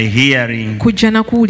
hearing